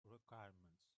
requirements